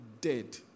dead